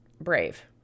brave